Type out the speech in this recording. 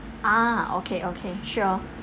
ah okay okay sure